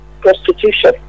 prostitution